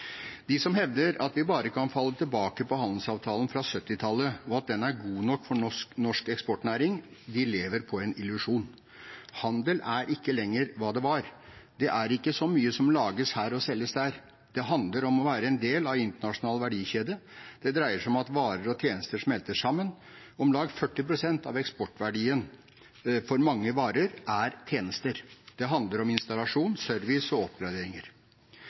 De som hevder at vi bare kan falle tilbake på handelsavtalen fra 1970-tallet, og at den er god nok for norsk eksportnæring, lever på en illusjon. Handel er ikke lenger hva det var. Det er ikke så mye som lages her og selges der. Det handler om å være en del av en internasjonal verdikjede. Det dreier seg om at varer og tjenester smelter sammen. Om lag 40 pst. av eksportverdien for mange varer er tjenester. Det handler om installasjon, service og oppgraderinger.